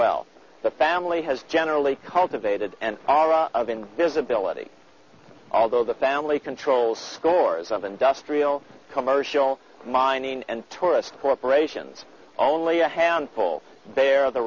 the family has generally cultivated and all of invisibility although the family controls scores of industrial commercial mining and tourist corporations only a handful